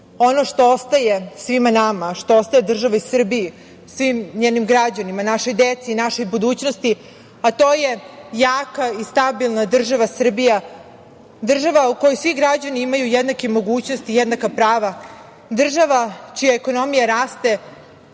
ono što ostaje svima nama, što ostaje državi Srbiji, svim njenim građanima, našoj deci i našoj budućnosti je jaka i stabilna država Srbija, država u kojoj svi građani imaju jednake mogućnosti, jednaka prava, država čija ekonomija raste